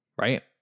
right